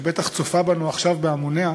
שבטח צופה בנו עכשיו בהמוניה,